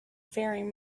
faring